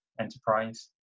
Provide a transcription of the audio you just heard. enterprise